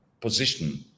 position